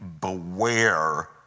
beware